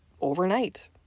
overnight